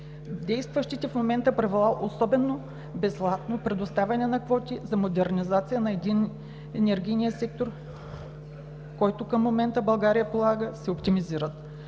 Действащите в момента правила относно безплатно предоставяне на квоти за модернизация на енергийния сектор, които към момента България прилага, се оптимизират.